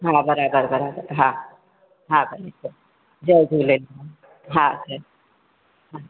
हा बराबरि बराबरि हा हा भले जय झूलेलाल हा जय हा